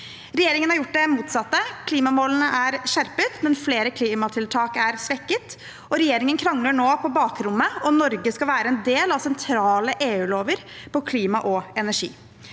Regjeringen har gjort det motsatte. Klimamålene er skjerpet, men flere klimatiltak er svekket, og regjeringen krangler nå på bakrommet om hvorvidt Norge skal være en del av sentrale EU-lover på området klima og energi.